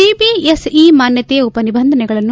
CBSE ಮಾನ್ಯತೆಯ ಉಪನಿಬಂಧನೆಗಳನ್ನು